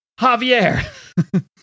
Javier